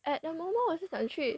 at the moment 我是想去